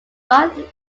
month